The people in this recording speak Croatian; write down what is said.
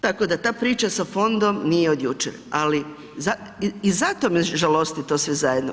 Tako da ta priča sa fondom nije od jučer ali, i zato me žalosti to sve zajedno.